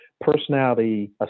personality